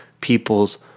people's